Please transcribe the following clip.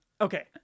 okay